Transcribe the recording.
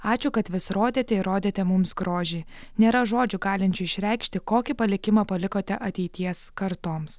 ačiū kad vis rodėte ir rodėte mums grožį nėra žodžių galinčių išreikšti kokį palikimą palikote ateities kartoms